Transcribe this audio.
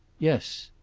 yes.